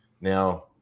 Now